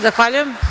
Zahvaljujem.